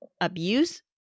abuse